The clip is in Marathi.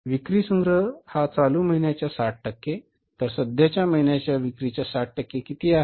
विक्री संग्रह हा चालू महिन्याच्या 60 टक्के तर सध्याच्या महिन्याच्या विक्रीच्या 60 टक्के किती आहे